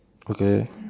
okay